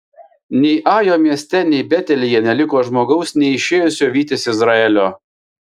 nei ajo mieste nei betelyje neliko žmogaus neišėjusio vytis izraelio